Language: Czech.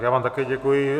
Já vám také děkuji.